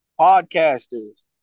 podcasters